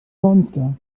monster